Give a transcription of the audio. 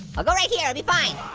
i'll go right here, i'll be fine.